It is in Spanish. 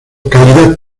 localidad